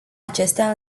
acestea